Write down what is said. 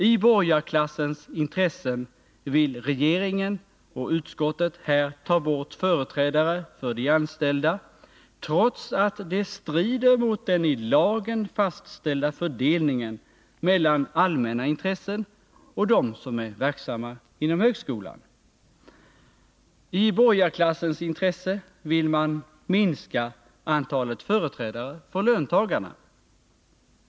I borgarklassens intresse vill regeringen och utskottet här få bort företrädarna för de anställda, trots att detta strider mot den i lagen fastställda fördelningen mellan allmänna intressen och dem som är verksamma inom högskolan. I borgarklassens intresse vill man minska antalet företrädare för löntagarna.